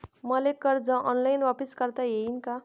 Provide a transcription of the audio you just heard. मले कर्ज ऑनलाईन वापिस करता येईन का?